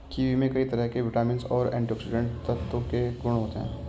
kiwi में कई तरह के विटामिन और एंटीऑक्सीडेंट तत्व के गुण होते है